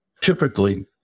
Typically